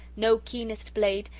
no keenest blade,